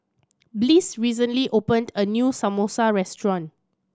Bliss recently opened a new Samosa restaurant